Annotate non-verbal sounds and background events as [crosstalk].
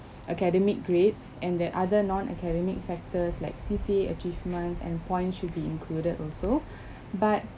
academic grades and that other non academic factors like C_C_A achievements and points should be included also [breath] but